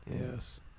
Yes